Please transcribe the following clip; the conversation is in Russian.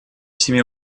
семи